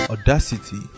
Audacity